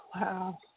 wow